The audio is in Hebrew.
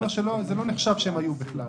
לא נחשב שהם היו בכלל.